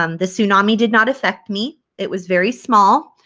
um the tsunami did not affect me. it was very small.